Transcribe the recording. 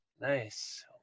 Nice